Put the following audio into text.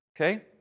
okay